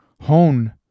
hone